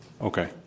Okay